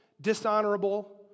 dishonorable